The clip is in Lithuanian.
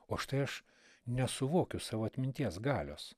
o štai aš nesuvokiu savo atminties galios